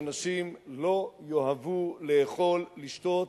שאנשים לא יאהבו לאכול, לשתות,